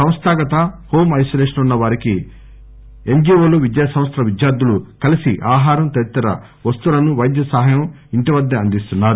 సంస్థాగత హోంఐనోలేషన్ లో ఉన్న వారికి ఎన్జిఓలు విద్యాసంస్థల విద్యార్థులు కలీసి ఆహారం తదితర వస్తువులను వైద్య సహాయం ఇంటి వద్దే అందిస్తున్నారు